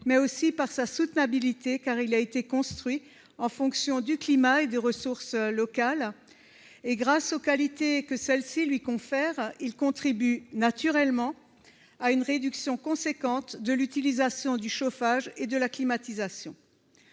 mais aussi de sa soutenabilité, car il a été construit en fonction du climat et des ressources locales. Grâce aux qualités que ces ressources lui confèrent, il contribue naturellement à une réduction importante de l'utilisation du chauffage ou de la climatisation.